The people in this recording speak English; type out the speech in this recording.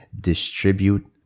distribute